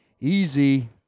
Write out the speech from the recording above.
Easy